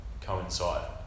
coincide